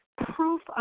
proof